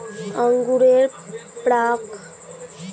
আঙ্গুরের প্রাক মাসিক বাজারদর কি করে জানা যাবে?